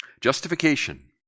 Justification